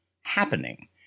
happening